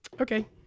Okay